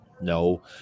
no